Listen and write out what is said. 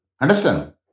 Understand